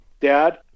Dad